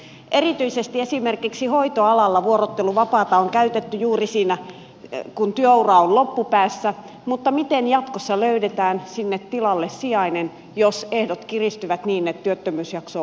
erityisesti esimerkiksi hoitoalalla vuorotteluvapaata on käytetty juuri siinä kun työura on loppupäässä mutta miten jatkossa löydetään sinne tilalle sijainen jos ehdot kiristyvät niin että työttömyysjakso on huomattavan pitkä